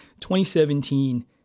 2017